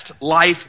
life